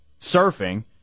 surfing